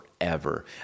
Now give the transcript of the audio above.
forever